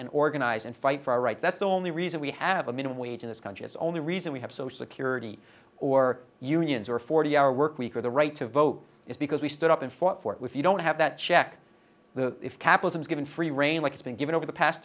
and organize and fight for our rights that's the only reason we have a minimum wage in this country it's only reason we have social security or unions or forty hour work week or the right to vote is because we stood up and fought for if you don't have that check the if capital is given free reign like it's been given over the past